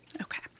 Okay